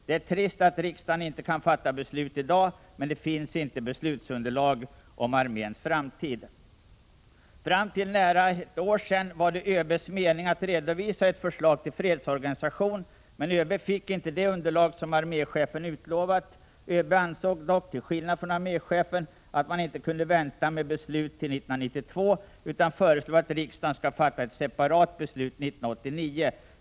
Det är trist att riksdagen inte kan fatta beslut i dag, men det finns inget underlag för beslut om arméns framtid. Fram till för nära ett år sedan var det ÖB:s mening att redovisa ett förslag till fredsorganisation. Men ÖB fick inte det underlag som arméchefen utlovat. ÖB ansåg dock, till skillnad från arméchefen, att man inte kunde vänta med beslut till 1992 utan föreslog att riksdagen skulle fatta ett separat beslut 1989.